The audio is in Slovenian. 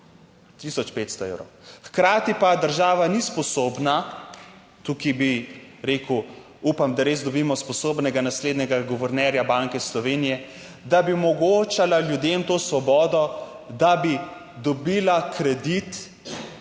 1500 evrov. Hkrati pa država ni sposobna - tukaj bi rekel, upam, da res dobimo sposobnega naslednjega guvernerja Banke Slovenije -, da bi omogočala ljudem to svobodo, da bi dobila kredit.